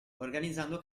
organizzando